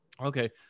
okay